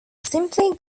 simply